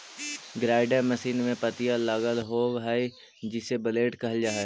grinder machine में पत्तियाँ लगल होव हई जिसे ब्लेड कहल जा हई